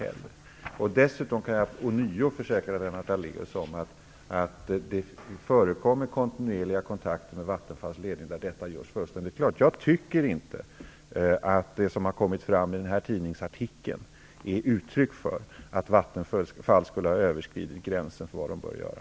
Jag kan dessutom ånyo försäkra Lennart Daléus att det förekommer kontinuerliga kontakter med Vattenfalls ledning där detta görs fullständigt klart. Jag tycker inte att det som har kommit fram i den här tidningsartikeln är uttryck för att Vattenfall skulle ha överskridit gränserna för vad man bör göra.